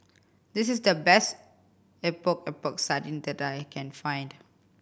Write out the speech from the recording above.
this is the best Epok Epok Sardin that I can find